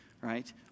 right